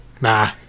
Nah